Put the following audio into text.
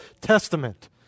Testament